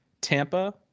Tampa